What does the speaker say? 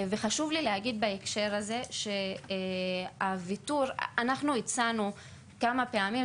וחשוב לי להגיד בהקשר הזה שאנחנו הצענו כמה פעמים,